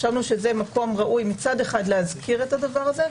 חשבנו שזה מקום ראוי מצד אחד להזכיר את הדבר הזה,